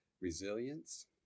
resilience